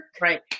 right